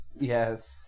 Yes